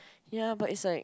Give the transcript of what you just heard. ya but it's like